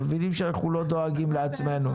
אתם מבינים שאנחנו לא דואגים לעצמנו.